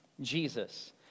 Jesus